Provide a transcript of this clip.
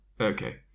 Okay